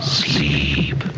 sleep